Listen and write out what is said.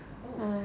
oh